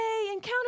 encounter